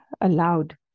allowed